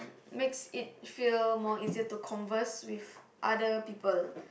makes it feel more easier to converse with other people